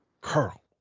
Curl